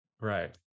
Right